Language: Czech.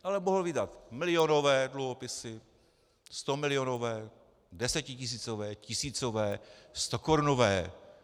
Ale mohl vydat milionové dluhopisy, stomilionové, desetitisícové, tisícové, stokorunové.